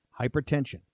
Hypertension